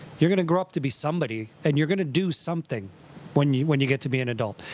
you're going to grow up to be somebody, and you're going to do something when you when you get to be an adult.